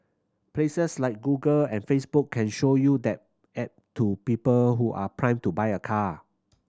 places like Google and Facebook can show you that ad to people who are primed to buy a car